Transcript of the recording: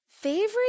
Favorite